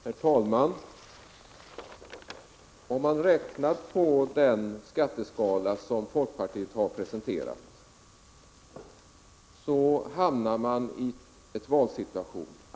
Herr talman! Om man räknar på den skatteskala som folkpartiet har presenterat hamnar man i en valsituation.